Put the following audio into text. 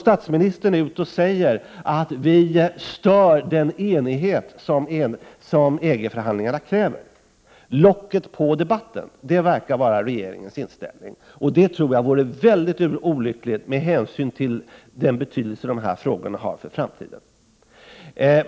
Statsministern går ut och säger att vi i centerpartiet stör den enighet som EG-förhandlingarna kräver. Locket på debatten — det verkar vara regeringens inställning. Det tror jag vore väldigt olyckligt med hänsyn till den betydelse som dessa frågor har för framtiden.